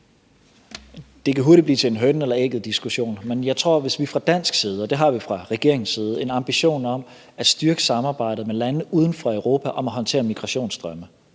Det kan hurtigt blive til en hønen eller ægget-diskussion, men jeg tror, at hvis vi fra dansk side har en ambition om, og det har vi fra regeringens side, at styrke samarbejdet med lande uden for Europa om at håndtere migrationsstrømme,